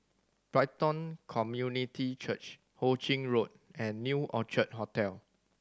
Brighton Community Church Ho Ching Road and New Orchid Hotel